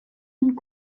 and